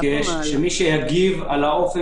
אני חושב שמתבקש שמי שיגיב על האופן